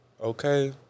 Okay